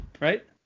right